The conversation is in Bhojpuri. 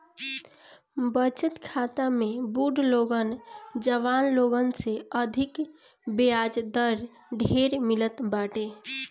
बचत खाता में बुढ़ लोगन जवान लोगन से अधिका बियाज दर ढेर मिलत बाटे